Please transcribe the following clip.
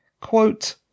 Quote